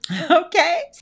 Okay